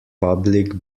public